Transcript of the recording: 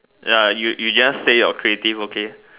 ya you you just say your creative okay